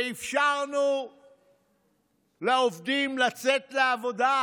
ואפשרנו לעובדים לצאת לעבודה,